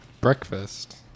breakfast